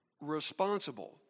responsible